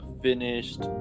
finished